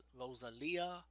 Rosalia